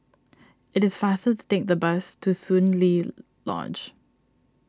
it is faster to take the bus to Soon Lee Lodge